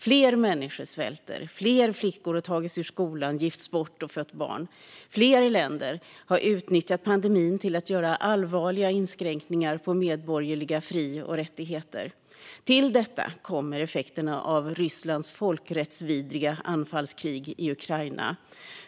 Fler människor svälter, fler omyndiga flickor har tagits ur skolan, gifts bort och fött barn, fler länder har utnyttjat pandemin till att göra allvarliga inskränkningar på medborgerliga fri och rättigheter. Till detta kommer effekterna av Rysslands folkrättsvidriga anfallskrig i Ukraina.